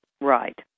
Right